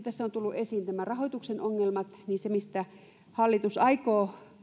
tässä ovat tulleet esiin tämän rahoituksen ongelmat eli se mistä hallitus aikoo